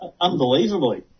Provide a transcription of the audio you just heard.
unbelievably